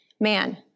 Man